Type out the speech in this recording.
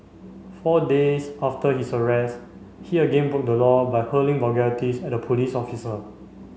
four days after his arrest he again broke the law by hurling vulgarities at a police officer